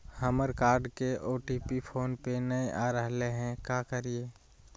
हमर कार्ड के OTP phone पे नई आ रहलई हई, का करयई?